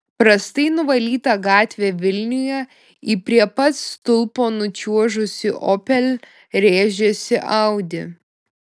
prastai nuvalyta gatvė vilniuje į prie pat stulpo nučiuožusį opel rėžėsi audi